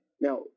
Now